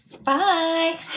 bye